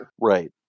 Right